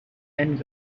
and